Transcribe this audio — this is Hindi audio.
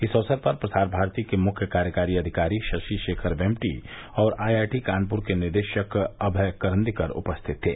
इस अवसर पर प्रसार भारती के मुख्य कार्यकारी अधिकारी शरि शेखर वेम्पटी और आई आई टी कानपुर के निदेशक अभय करंदीकर उपस्थित थे